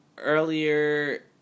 Earlier